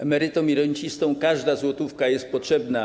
Emerytom i rencistom każda złotówka jest potrzebna.